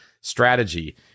Strategy